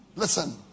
Listen